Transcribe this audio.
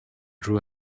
drew